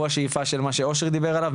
הוא השאיפה של מה שאושרי דיבר עליו,